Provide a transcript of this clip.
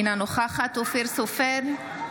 אינה נוכחת אופיר סופר,